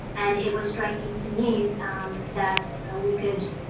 and it was striking to me that we could,